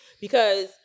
Because-